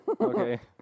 Okay